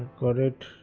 got it